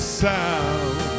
sound